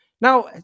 Now